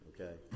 Okay